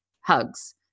Hugs